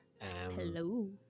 Hello